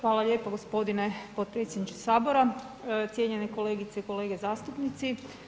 Hvala lijepo g. potpredsjedniče Sabora, cijenjene kolegice i kolege zastupnici.